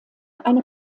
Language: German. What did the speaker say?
eine